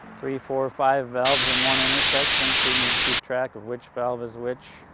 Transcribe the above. three, four, five valves in one intersection so you need to keep track of which valve is which